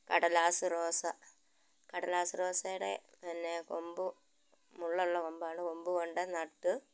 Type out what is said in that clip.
കടലാസ് റോസാ കടലാസ് റോസെയുടെ പിന്നെ കൊമ്പ് മുള്ളുള്ള കൊമ്പാണ് കൊമ്പ് കൊണ്ടു നട്ടു